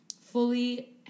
fully